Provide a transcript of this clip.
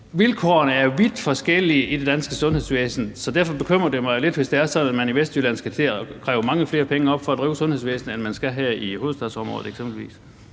Vilkårene er vidt forskellige i det danske sundhedsvæsen, så derfor bekymrer det mig jo lidt, hvis det er sådan, at man i Vestjylland skal til at kræve mange flere penge op for at drive sundhedsvæsenet, end man skal her i eksempelvis